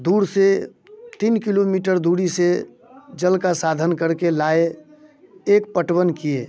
दूर से तीन किलोमीटर दूरी से जल का साधन करके लाए एक पटवन किए